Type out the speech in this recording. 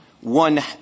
one